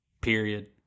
period